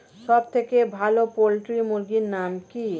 সবথেকে ভালো পোল্ট্রি মুরগির নাম কি?